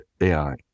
AI